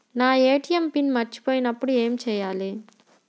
నా ATM PIN మర్చిపోయినప్పుడు ఏమి చేయాలి?